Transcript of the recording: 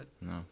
No